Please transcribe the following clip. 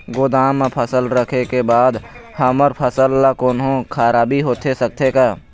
गोदाम मा फसल रखें के बाद हमर फसल मा कोन्हों खराबी होथे सकथे का?